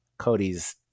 Cody's